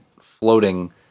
floating